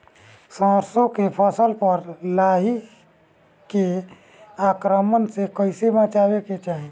सरसो के फसल पर लाही के आक्रमण से कईसे बचावे के चाही?